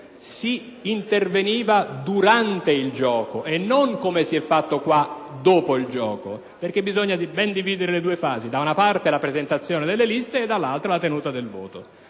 si interveniva durante il gioco e non, come si è fatto in questo caso, dopo il gioco. Bisogna infatti ben dividere le due fasi: da una parte, la presentazione delle liste e, dall'altra, la tenuta del voto.